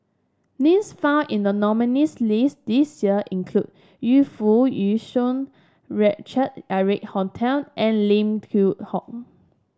names found in the nominees' list this year include Yu Foo Yee Shoon Richard Eric Holttum and Lim Hock